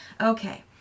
Okay